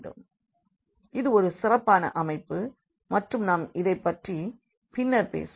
எனவே இது ஒரு சிறப்பான அமைப்பு மற்றும் நாம் இதைப் பற்றி பின்னர் பேசுவோம்